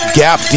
gap